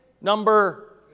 Number